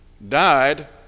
died